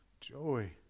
joy